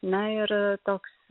na ir toks